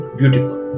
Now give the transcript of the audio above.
beautiful